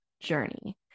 journey